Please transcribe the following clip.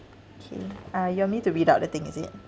okay uh you want me to read out the thing is it